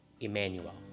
Emmanuel